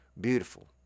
Beautiful